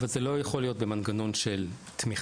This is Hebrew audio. זה לא יכול להיות במנגנון של תמיכה,